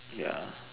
ya